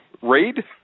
raid